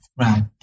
Right